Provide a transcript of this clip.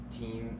team